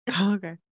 Okay